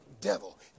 devil